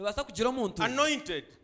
anointed